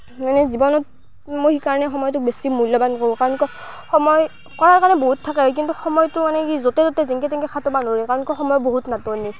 মানে জীৱনত মই সেইকাৰণে সময়টো বেছি মূল্যৱান কৰোঁ কাৰণ কিয় সময় কৰোবাৰ কাৰণে বহুত থাকে কিন্তু সময়টো মানে কি য'তে ত'তে যেনেকৈ তেনেকৈ খটাব নোৱাৰি কাৰণ কিয় সময়ৰ বহুত নাটনি